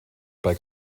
bei